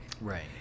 Right